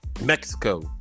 Mexico